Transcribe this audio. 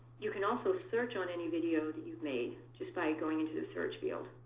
you can also search on any video that you've made just by going into the search field.